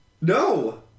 No